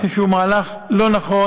אני חושב